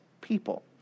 people